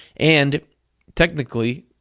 and technically,